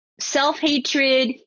self-hatred